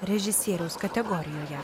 režisieriaus kategorijoje